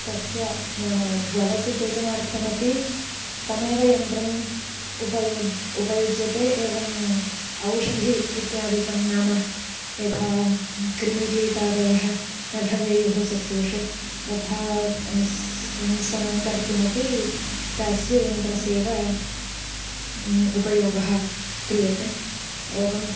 तस्य नाम जलस्य सेचनार्थमपि तमेव यन्त्रम् उपयुज्य उपयुज्यते एवं औषधी इत्यादिकं नाम यथा कृमिकीटादयः न भवेयुः सस्येषु तथा स सिञ्चनं कर्तुम् अपि तस्य यन्त्रस्य एव उपयोगः क्रियते एवम्